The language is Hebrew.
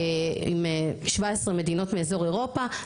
עם 17 מדינות מאזור אירופה,